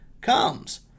comes